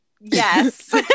Yes